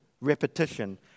repetition